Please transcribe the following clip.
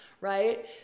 right